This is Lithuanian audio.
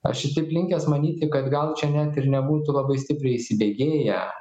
aš ir šiaip linkęs manyti kad gal čia net ir nebūtų labai stipriai įsibėgėję